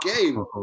game